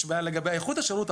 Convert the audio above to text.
יש בעיה לגבי איכות השירות,